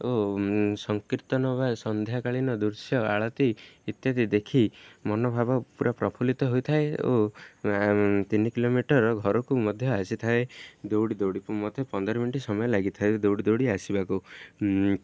ଓ ସଂକୀର୍ତ୍ତନ ବା ସନ୍ଧ୍ୟାକାଳୀନ ଦୃଶ୍ୟ ଆଳତି ଇତ୍ୟାଦି ଦେଖି ମନୋଭାବ ପୁରା ପ୍ରଫୁଲ୍ଲିତ ହୋଇଥାଏ ଓ ତିନି କିଲୋମିଟର ଘରକୁ ମଧ୍ୟ ଆସିଥାଏ ଦୌଡ଼ି ଦୌଡ଼ିକୁ ମତେ ପନ୍ଦର ମିନିଟ୍ ସମୟ ଲାଗିଥାଏ ଦୌଡ଼ି ଦୌଡ଼ି ଆସିବାକୁ